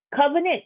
Covenant